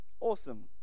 awesome